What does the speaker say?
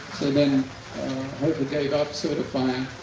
then hofa gave up certifying.